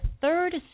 third